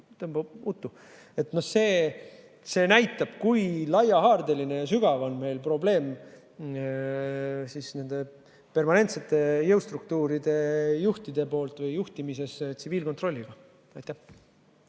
See näitab, kui laiahaardeline ja sügav on probleem nende permanentsete jõustruktuuride juhtidel või juhtimises tsiviilkontrolliga. Aitäh!